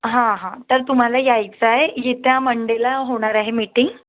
हां हां तर तुम्हाला यायचं आहे येत्या मंडेला होणार आहे मीटिंग